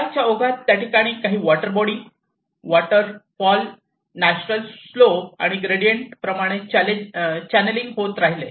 काळाच्या ओघात त्या ठिकाणी काही water body water fall natural slope and gradient प्रमाणे चॅनलींग होत राहिले